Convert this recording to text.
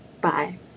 Bye